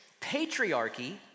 patriarchy